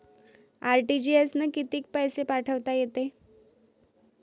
RTGS न कितीक पैसे पाठवता येते?